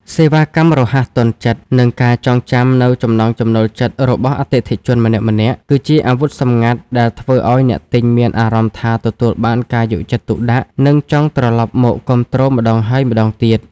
សេវាកម្មរហ័សទាន់ចិត្ត និងការចងចាំនូវចំណង់ចំណូលចិត្តរបស់អតិថិជនម្នាក់ៗ គឺជាអាវុធសម្ងាត់ដែលធ្វើឱ្យអ្នកទិញមានអារម្មណ៍ថាទទួលបានការយកចិត្តទុកដាក់ និងចង់ត្រឡប់មកគាំទ្រម្ដងហើយម្ដងទៀត។